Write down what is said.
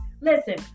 listen